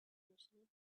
crossing